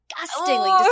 disgustingly